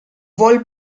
vuol